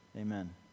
Amen